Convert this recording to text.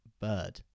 Bird